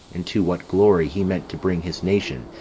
and to what glory he meant to bring his nation,